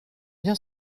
bien